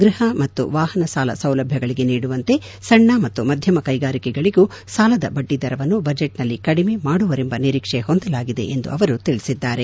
ಗೃಹ ಮತ್ತು ವಾಹನ ಸಾಲ ಸೌಲಭ್ಯಗಳಿಗೆ ನೀಡುವಂತೆ ಸಣ್ಣ ಮತ್ತು ಮಧ್ಯಮ ಕೈಗಾರಿಕೆಗಳಿಗೂ ಸಾಲದ ಬಡ್ಡಿ ದರವನ್ನು ಬಜೆಟ್ ನಲ್ಲಿ ಕಡಿಮೆ ಮಾಡುವರೆಂಬ ನಿರೀಕ್ಷೆ ಹೊಂದಲಾಗಿದೆ ಎಂದು ತಿಳಿಸಿದ್ದಾರೆ